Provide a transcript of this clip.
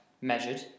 measured